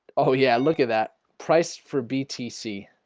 oh, yeah look at that price for btc